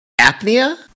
apnea